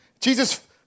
Jesus